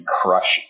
crush